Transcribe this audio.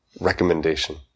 recommendation